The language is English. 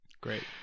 great